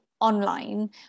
online